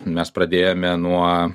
mes pradėjome nuo